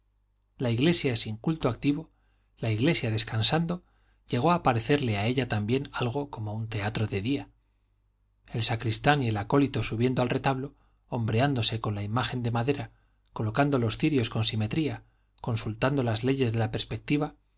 la iglesia sin culto activo la iglesia descansando llegó a parecerle a ella también algo como un teatro de día el sacristán y el acólito subiendo al retablo hombreándose con la imagen de madera colocando los cirios con simetría consultando las leyes de la perspectiva